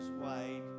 wide